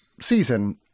season